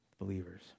believers